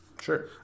Sure